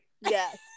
Yes